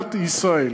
במדינת ישראל.